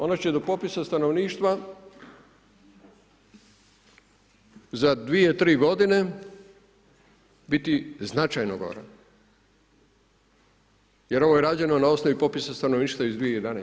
Ona će do popisa stanovništva za 2, 3 godine biti značajno gora jer ovo je rađeno na osnovi popisa stanovništva iz 2011.